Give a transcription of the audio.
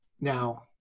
now